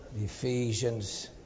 Ephesians